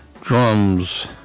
Drums